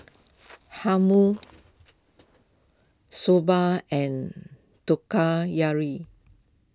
Hummus Soba and